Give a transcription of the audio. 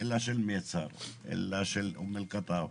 אלא של מייסר, של אום-אל-קטאף.